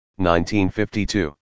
1952